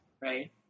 Right